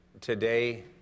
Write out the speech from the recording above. today